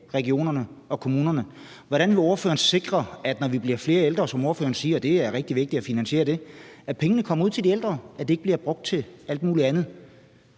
regionerne og kommunerne. Hvordan vil ordføreren sikre, at når vi bliver flere ældre – og det er, som ordføreren siger, rigtig vigtigt at finansiere det – så kommer pengene ud til de ældre, og at de ikke bliver brugt til alt muligt andet?